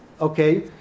Okay